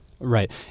Right